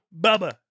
Bubba